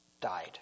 died